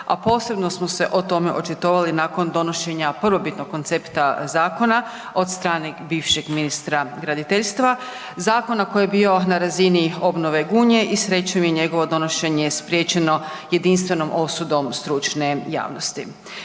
a posebno smo se o tome očitovali nakon donošenja prvobitno koncepta zakona od strane bivšeg ministra graditeljstva, zakona koji je bio na razini obnove Gunje i srećom i njegovo donošenje je spriječeno jedinstvenom osudom stručne javnosti.